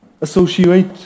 associate